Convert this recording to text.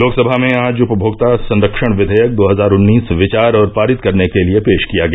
लोकसभा में आज उपभोक्ता संरक्षण विघेयक दो हजार उन्नीस विचार और पारित करने के लिए पेश किया गया